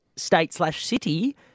state-slash-city